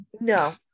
no